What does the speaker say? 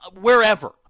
wherever